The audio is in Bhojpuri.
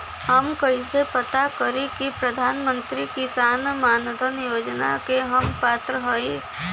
हम कइसे पता करी कि प्रधान मंत्री किसान मानधन योजना के हम पात्र हई?